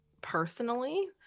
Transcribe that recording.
personally